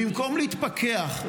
במקום להתפכח,